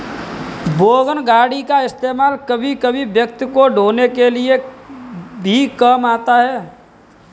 wagon गाड़ी का इस्तेमाल कभी कभी व्यक्ति को ढ़ोने के लिए भी काम आता है